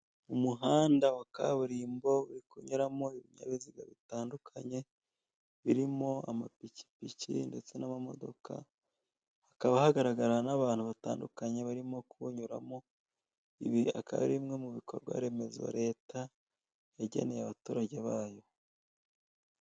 Umuhanda wa kaburimbo uri kunyuramo ibinyabiziga bitandukanye birimo amapikipiki ndetse n'amamodoka hakaba hagaragara abantu batandukanye barimo kuwunyuramo ibi akaba ari bimwe mu ibikorwa remezo leta yageneye abaturage bayo.